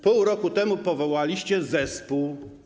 Pół roku temu powołaliście zespół.